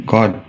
God